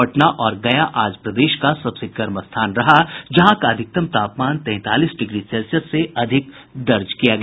पटना और गया आज प्रदेश का सबसे गर्म स्थान रहा जहां का अधिकतम तापमान तैंतालीस डिग्री सेल्सियस से अधिक दर्ज किया गया